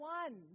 one